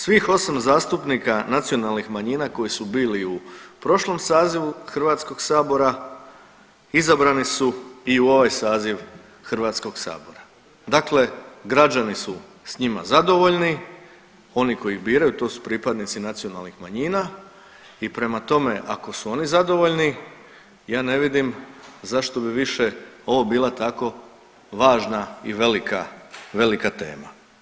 Svih osam zastupnika nacionalnih manjina koji su bili u prošlom sazivu HS-a izabrani su i u ovaj saziv HS-a, dakle građani su s njima zadovoljni, oni koji biraju to su pripadnici nacionalnih manjina i prema tome ako su oni zadovoljni, ja ne vidim zašto bi više ovo bila tako važna i velika tema.